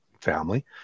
family